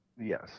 Yes